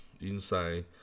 inside